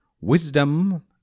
Wisdom